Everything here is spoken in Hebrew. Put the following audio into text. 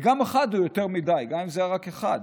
וגם אחד הוא יותר מדי, גם אם זה היה רק אחד,